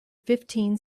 fifteen